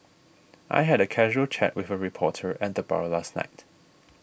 I had a casual chat with a reporter at the bar last night